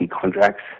contracts